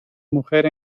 mujer